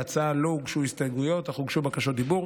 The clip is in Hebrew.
להצעה לא הוגשו הסתייגויות אך הוגשו בקשות דיבור.